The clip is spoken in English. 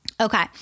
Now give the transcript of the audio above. Okay